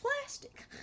plastic